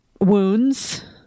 wounds